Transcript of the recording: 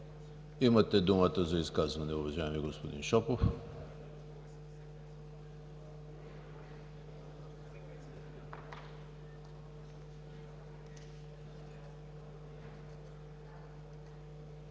Имате думата за изказване, уважаеми господин Шопов.